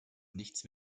nichts